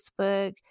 Facebook